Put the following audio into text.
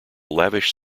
lavish